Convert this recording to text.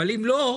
אבל אם לא,